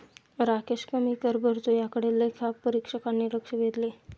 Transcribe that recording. राकेश कमी कर भरतो याकडे लेखापरीक्षकांनी लक्ष वेधले